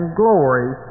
glory